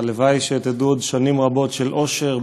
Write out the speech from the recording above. והלוואי שתדעו עוד שנים רבות של אושר,